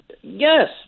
yes